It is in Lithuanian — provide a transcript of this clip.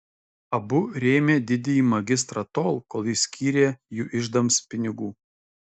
abu rėmė didįjį magistrą tol kol jis skyrė jų iždams pinigų